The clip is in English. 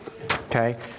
Okay